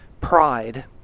pride